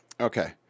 Okay